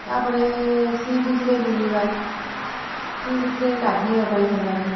ତା'ପରେ ସି ବିଚ୍ରେ ବୁଲିବା ସି ବିଚ୍ରେ ଗାଧୋଇବା ପାଇଁ ଭଲ ଲାଗେ